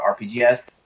RPGS